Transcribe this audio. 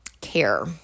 care